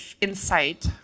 insight